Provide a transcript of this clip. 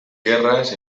guerras